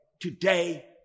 today